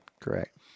Correct